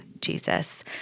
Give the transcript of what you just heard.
Jesus